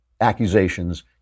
accusations